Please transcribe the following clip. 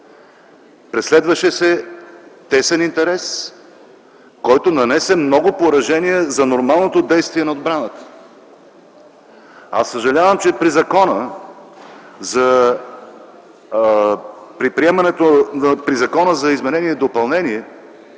преследваше тесен интерес, който нанесе много поражения за нормалното действие на отбраната. Съжалявам, че при закона за изменение и допълнение